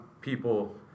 people